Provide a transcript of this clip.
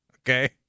okay